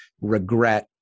regret